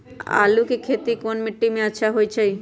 आलु के खेती कौन मिट्टी में अच्छा होइ?